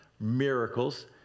miracles